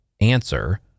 answer